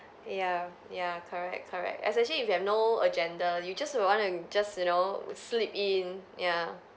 ya ya correct correct especially if you have no agenda you just you want to just you know sleep in ya